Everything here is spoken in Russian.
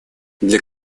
для